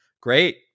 Great